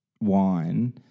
...wine